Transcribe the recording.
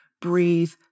breathe